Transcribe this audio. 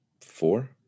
Four